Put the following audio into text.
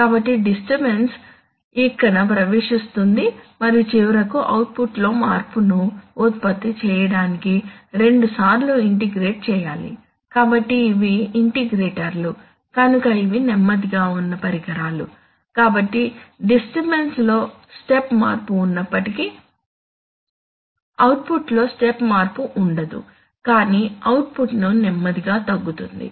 కాబట్టి డిస్టర్బన్స్ ఇక్కడ ప్రవేశిస్తుంది మరియు చివరకు అవుట్పుట్లో మార్పును ఉత్పత్తి చేయడానికి రెండుసార్లు ఇంటిగ్రేట్ చేయాలి కాబట్టి ఇవి ఇంటిగ్రేటర్లు కనుక ఇవి నెమ్మదిగా ఉన్న పరికరాలు కాబట్టి డిస్టర్బన్స్ లో స్టెప్ మార్పు ఉన్నప్పటికీ అవుట్పుట్లో స్టెప్ మార్పు ఉండదు కానీ అవుట్పుట్ నెమ్మదిగా తగ్గుతుంది